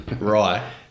Right